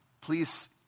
please